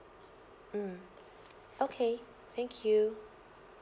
mm okay thank you